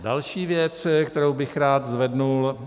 Další věc, kterou bych rád zvedl.